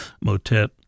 motet